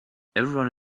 everyone